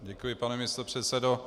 Děkuji, pane místopředsedo.